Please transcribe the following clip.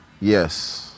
Yes